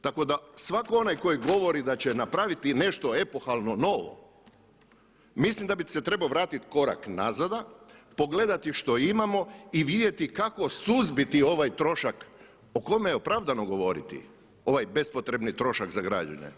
Tako da svatko onaj koji govori da će napraviti nešto epohalno novo, mislim da bi se trebao vratiti korak nazad, pogledati što imamo i vidjeti kako suzbiti ovaj trošak o kome je opravdano govoriti ovaj bespotrebni trošak za građane.